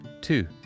Two